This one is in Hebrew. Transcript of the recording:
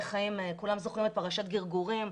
כולם זוכרים את פרשת גרגורים,